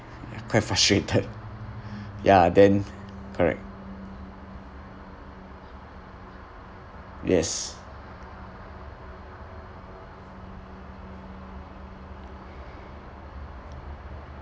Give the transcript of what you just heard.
quite frustrated ya then correct yes